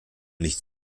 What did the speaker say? nicht